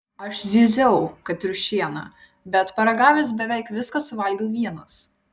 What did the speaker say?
aš zyziau kad triušiena bet paragavęs beveik viską suvalgiau vienas